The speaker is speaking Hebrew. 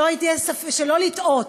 שלא לטעות,